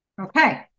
okay